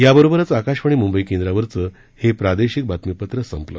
याबरोबरच आकाशवाणी मुंबई केंद्रावरचं हे प्रादेशिक बातमीपत्र संपलं